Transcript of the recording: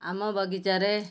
ଆମ ବଗିଚାରେ